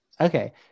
Okay